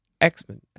x-men